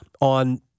on